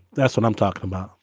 that's what i'm talking about.